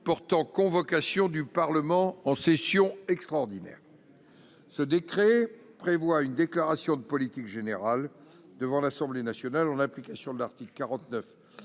portant convocation du Parlement en session extraordinaire. Ce décret prévoit une déclaration de politique générale devant l'Assemblée nationale, en application de l'article 49,